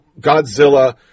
Godzilla